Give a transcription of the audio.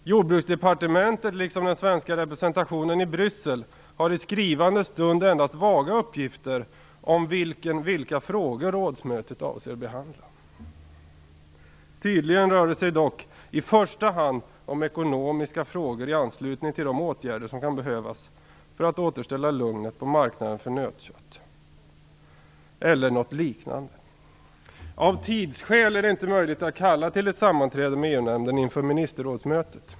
Jordbruksdepartementet liksom den svenska representationen i Bryssel har i skrivande stund endast vaga uppgifter om vilken/vilka frågor rådsmötet avser att behandla. Tydligen rör det sig dock i första hand om ekonomiska frågor i anslutning till de åtgärder som kan behövas för att återställa lugnet på marknaden för nötkött, eller något liknande. Av tidsskäl är det inte möjligt att kalla till ett sammanträde med EU nämnden inför ministerrådsmötet.